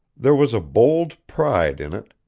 there was a bold pride in it,